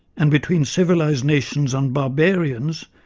and between civilized nations and barbarians,